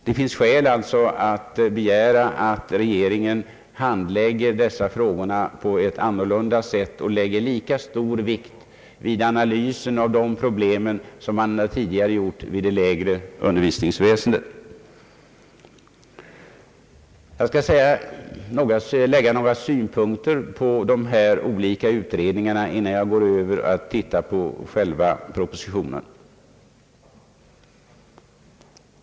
Det finns verkligen skäl att begära att regeringen handlägger dessa frågor på ett annat sätt än den hittills gjort och att regeringen lägger lika stor vikt vid analysen av dessa problem som den gjort tidigare vid behandlingen av det lägre undervisningsväsendet. Jag skall, herr talman, anföra några synpunkter på dessa olika utredningar innan jag går över till att beröra den föreliggande propositionen.